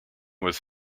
was